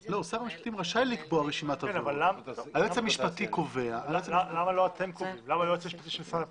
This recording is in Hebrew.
לא היועץ המשפטי של משרד הפנים?